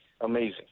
amazing